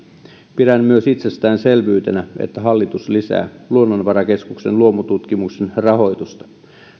pidän myös itsestäänselvyytenä että hallitus lisää luonnonvarakeskuksen luomututkimuksen rahoitusta